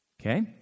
Okay